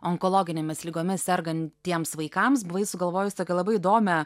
onkologinėmis ligomis sergantiems vaikams buvai sugalvojus tokią labai įdomią